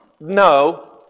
No